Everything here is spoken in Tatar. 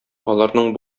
аларның